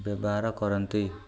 ବ୍ୟବହାର କରନ୍ତି